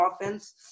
offense